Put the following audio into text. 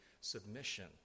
submission